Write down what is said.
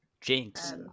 jinx